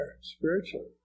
spiritually